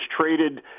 traded –